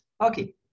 Okay